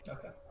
Okay